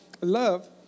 love